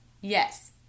Yes